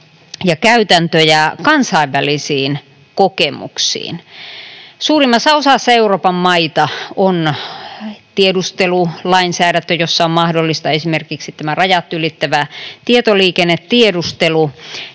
ja käytäntöjä kansainvälisiin kokemuksiin. Suurimmassa osassa Euroopan maita on tiedustelulainsäädäntö, jossa on mahdollista esimerkiksi tämä rajat ylittävä tietoliikennetiedustelu,